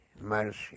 mercy